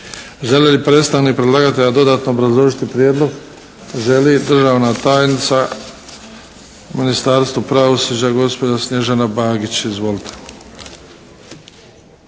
Želi li predstavnik predlagatelja dodatno obrazložiti Prijedlog? Želi. Državna tajnica u Ministarstvu pravosuđa gospođa Snježana Bagić. Izvolite.